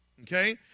Okay